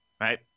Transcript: right